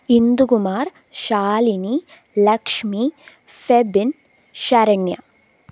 Indu Kumar Shalini Lakshmi Sebin Saranya